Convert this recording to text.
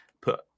put